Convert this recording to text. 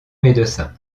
médecin